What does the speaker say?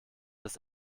das